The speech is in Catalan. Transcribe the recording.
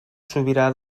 sobirà